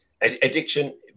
Addiction